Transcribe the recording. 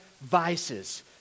vices